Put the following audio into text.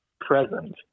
present